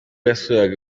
yasuraga